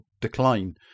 decline